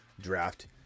draft